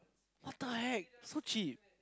what the heck so cheap